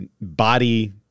body